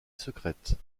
secrète